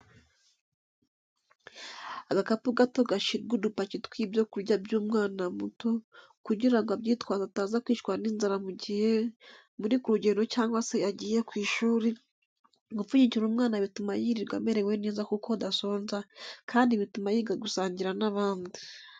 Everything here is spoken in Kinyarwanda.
Agakapu gato gashyirwa udupaki tw'ibyo kurya by'umwana muto kugira ngo abyitwaze ataza kwicwa n'inzara mu gihe muri ku rugendo cyangwa se yagiye ku ishuri, gupfunyikira umwana bituma yirirwa amerewe neza kuko adasonza kandi bituma yiga gusangira n'abandi.